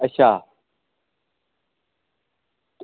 अच्छा